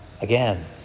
Again